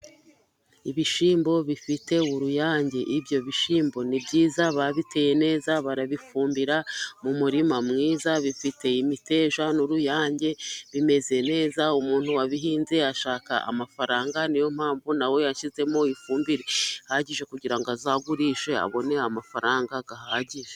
Ibishyimbo bifite uruyange. Ibyo bishyimbo ni byiza, babiteye neza, barabifumbira. Mu murima mwiza, bifite imiteja n'uruyange, bimeze neza. Umuntu wabihinze ashaka amafaranga. Ni yo mpamvu na we yashyizemo ifumbire ihagije, kugira ngo azagurishe abone amafaranga ahagije.